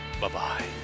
Bye-bye